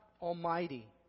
Almighty